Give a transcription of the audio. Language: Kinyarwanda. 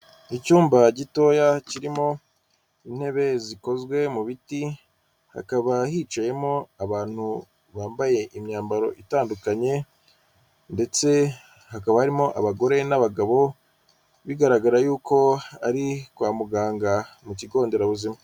Icyumba gitoya kirimo intebe zikozwe mu biti, hakaba hicayemo abantu bambaye imyambaro itandukanye ndetse hakaba harimo abagore n'abagabo bigaragara y'uko ari kwa muganga, mu kigo nderabuzima.